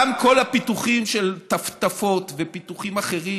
גם כל הפיתוחים של טפטפות ופיתוחים אחרים